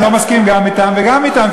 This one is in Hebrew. אני לא מסכים גם אתם וגם אתם,